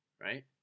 right